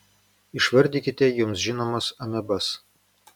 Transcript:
išvardykite jums žinomas amebas